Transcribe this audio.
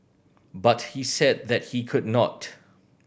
but he said that he could not